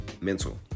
mental